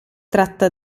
tratta